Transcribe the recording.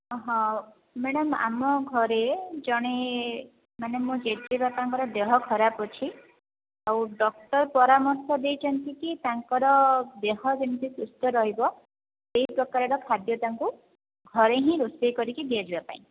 ହଁ ମ୍ୟାଡ଼ାମ ଆମ ଘରେ ଜଣେ ମାନେ ମୋ ଜେଜେବାପାଙ୍କର ଦେହ ଖରାପ ଅଛି ଆଉ ଡକ୍ଟର ପରାମର୍ଶ ଦେଇଛନ୍ତି କି ତାଙ୍କର ଦେହ ଯେମିତି ସୁସ୍ଥ ରହିବ ସେଇ ପ୍ରକାରର ଖାଦ୍ୟ ତାଙ୍କୁ ଘରେ ହିଁ ରୋଷେଇ କରିକି ଦିଆଯିବା ପାଇଁ